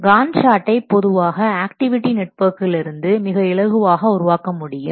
Gantt சார்ட்டை பொதுவாக activity நெட்வொர்க்கிலிருந்து மிக இலகுவாக உருவாக்க முடியும்